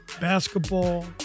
basketball